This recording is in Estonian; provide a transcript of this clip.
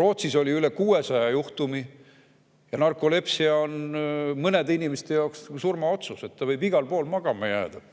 Rootsis oli üle 600 juhtumi. Narkolepsia on mõnede inimeste jaoks surmaotsus, ta võib igal pool magama jääda.